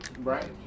Right